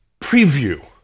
preview